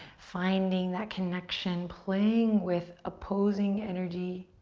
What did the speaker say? finding that connection, playing with opposing energy